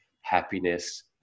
happiness